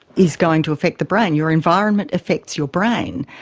is going to affect the brain. your environment affects your brain.